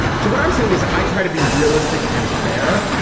so what i'm saying is i try to be realistic and fair,